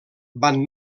van